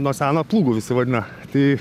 nuo seno plūgu visi vadina tai